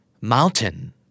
Mountain